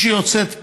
מי שיוצאת פחות,